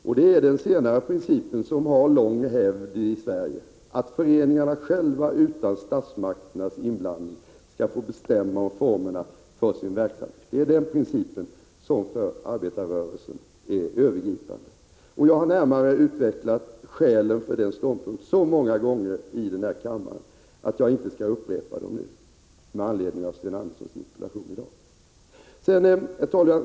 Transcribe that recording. Det är den senare principen som har lång hävd i Sverige. Föreningarna själva skall utan statsmakternas inblandning få bestämma om formerna för sin veksamhet. Det är den principen som för arbetarrörelsen är övergripande. Jag har närmare utvecklat skälen för denna ståndpunkt så många gånger i denna kammare att jag inte skall upprepa dem nu med anledning av Sten Anderssons interpellation i dag. Herr talman!